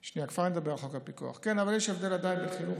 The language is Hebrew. שנייה, כבר אני אדבר על חוק הפיקוח.